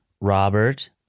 Robert